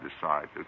decide